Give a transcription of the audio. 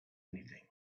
anything